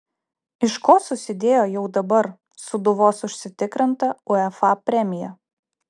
iš ko susidėjo jau dabar sūduvos užsitikrinta uefa premija